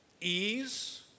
ease